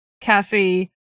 Cassie